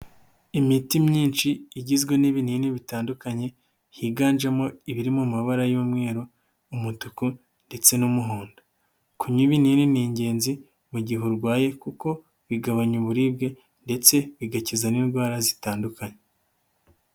Imiti myinshi igizwe n'ibinini bitandukanye higanjemo ibirimo amabara y'umweru, umutuku ndetse n'umuhondo. Kunywa ibinini ni ingenzi mu gihe urwaye kuko bigabanya uburibwe, ndetse bigakiza n'indwara zitandukanye.